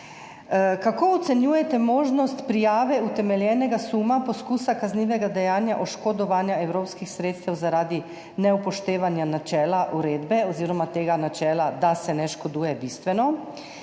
Kako ocenjujete možnost prijave utemeljenega suma poskusa kaznivega dejanja oškodovanja evropskih sredstev zaradi neupoštevanja načela uredbe oziroma načela »da se ne škoduje bistveno«?